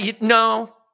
no